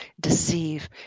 deceive